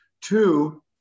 Two